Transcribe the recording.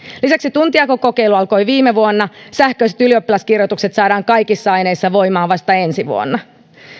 lisäksi tuntijakokokeilu alkoi viime vuonna ja sähköiset ylioppilaskirjoitukset saadaan kaikissa aineissa voimaan vasta ensi vuonna